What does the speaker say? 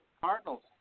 Cardinals